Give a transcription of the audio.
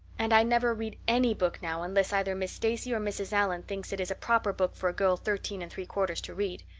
and i never read any book now unless either miss stacy or mrs. allan thinks it is a proper book for a girl thirteen and three-quarters to read.